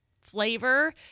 flavor